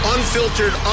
Unfiltered